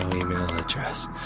email address.